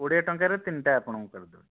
କୋଡ଼ିଏ ଟଙ୍କାରେ ତିନିଟା ଆପଣଙ୍କୁ କରିଦେବା